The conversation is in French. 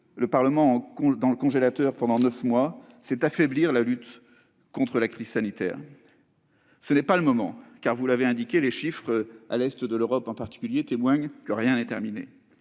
le Parlement dans le congélateur pendant neuf mois, c'est affaiblir la lutte contre la crise sanitaire. Or ce n'est pas le moment, car, vous l'avez indiqué, les chiffres, à l'est de l'Europe en particulier, montrent que rien n'est terminé.